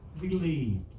believed